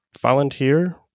volunteer